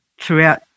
throughout